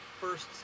first